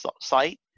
site